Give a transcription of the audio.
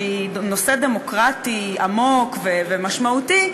שהיא נושא דמוקרטי עמוק ומשמעותי,